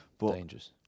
dangerous